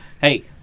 hey